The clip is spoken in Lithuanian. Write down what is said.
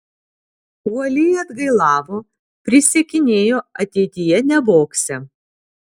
uoliai atgailavo prisiekinėjo ateityje nevogsią